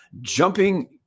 jumping